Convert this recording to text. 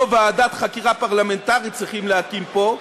לא ועדת חקירה פרלמנטרית צריך להקים פה,